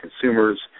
consumers